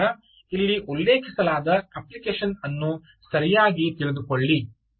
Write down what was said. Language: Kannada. ಆದ್ದರಿಂದ ಇಲ್ಲಿ ಉಲ್ಲೇಖಿಸಲಾದ ಅಪ್ಲಿಕೇಶನ್ ಅನ್ನು ಸರಿಯಾಗಿ ತಿಳಿದುಕೊಳ್ಳಿ